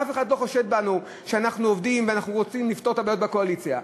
אף אחד לא חושד בנו שאנחנו עובדים ורוצים לפתור את הבעיות בקואליציה,